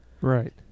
Right